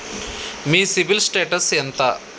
మీ CIBIL status ఎంత?